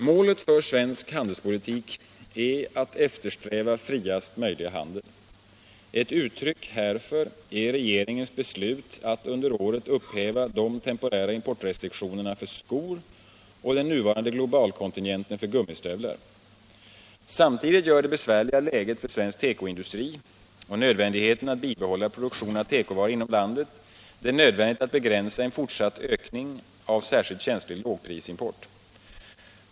Målet för svensk handelspolitik är att eftersträva friast möjliga handel. Ett uttryck härför är regeringens beslut att under året upphäva de temporära importrestriktionerna för skor och den nuvarande globalkontingenten för gummistövlar. Samtidigt gör det besvärliga läget för svensk tekoindustri och nödvändigheten att bibehålla produktion av tekovaror inom landet det nödvändigt att begränsa en fortsatt ökning av särskilt känslig lågprisimport.